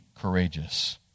courageous